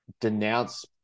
denounce